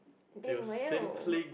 it will